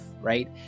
right